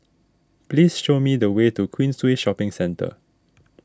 please show me the way to Queensway Shopping Centre